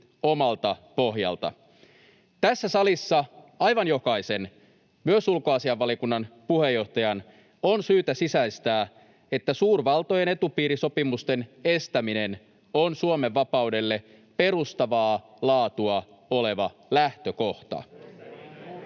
omalta pohjalta. Tässä salissa aivan jokaisen, myös ulkoasiainvaliokunnan puheenjohtajan, on syytä sisäistää, että suurvaltojen etupiirisopimusten estäminen on Suomen vapaudelle perustavaa laatua oleva lähtökohta.